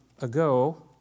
ago